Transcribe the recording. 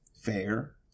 fair